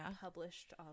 published